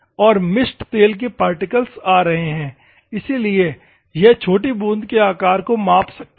और मिस्ट तेल के पार्टिकल्स आ रहे हैं इसलिए यह छोटी बूंद के आकार को माप सकता है